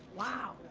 wow,